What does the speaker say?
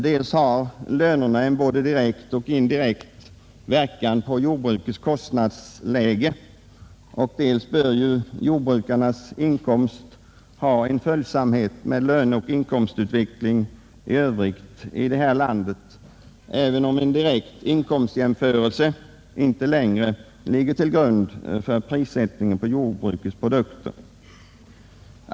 Dels inverkar lönerna både direkt och indirekt på jordbrukets kostnadsläge, dels bör inkomsterna följa löneoch inkomstutvecklingen i övrigt i detta land, även om en direkt inkomstjämförelse inte längre ligger till grund för prissättningen på jordbruksprodukter.